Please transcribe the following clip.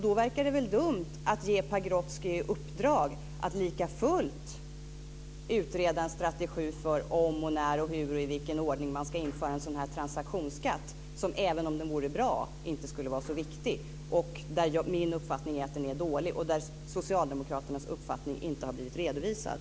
Då verkar det dumt att ge Pagrotsky i uppdrag att likafullt utreda en strategi för om, hur och när och i vilken ordning som man ska införa en transaktionsskatt, som även om den vore bra inte skulle vara så viktig. Min uppfattning är att den är dålig. Socialdemokraternas uppfattning har inte blivit redovisad.